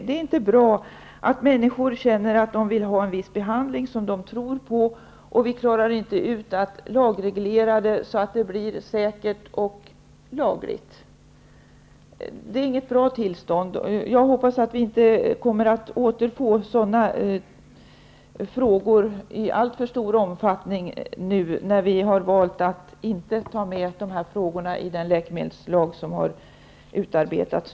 Det är inte bra när människor känner att de vill ha en viss behandling som de tror på och vi politiker inte klarar av det här med lagreglering i syfte att få det hela säkert och lagligt. Jag hoppas att vi inte i allt för stor omfattning kommer att återfå den här typen av frågor, när vi har valt att inte ta med de här frågorna i den läkemedelslag som nu har utarbetats.